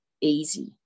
easy